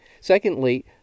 Secondly